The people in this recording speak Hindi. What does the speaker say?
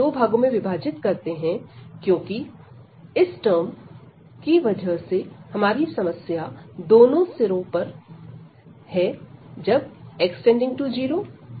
दो भागों में विभाजित करते हैं क्योंकि इस टर्म की वजह से हमारी समस्या दोनों सिरों पर है जब x→0 और जब x→1